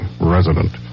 resident